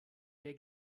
der